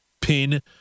pin